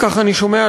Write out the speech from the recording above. כך אני שומע,